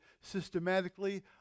systematically